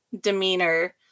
demeanor